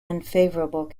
unfavourable